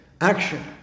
action